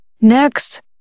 Next